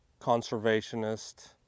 conservationist